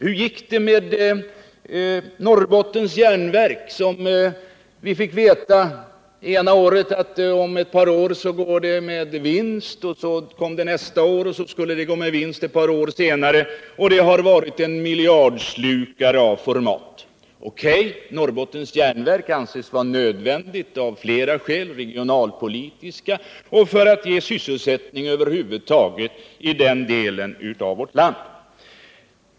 Hur gick det med Norrbottens Järnverk? När det gäller Norrbottens Järnverk fick vi ena året efter det andra veta att om ett par år skulle det gå med vinst. När den tiden var inne, då skulle det gå med vinst om ytterligare ett par år. Men så blev det inte, och företaget har varit en miljardslukare av format. O.K., Norrbottens Järnverk ansågs vara nödvändigt av flera skäl, bl.a. regionalpolitiska, för att ge sysselsättning i den delen av vårt land.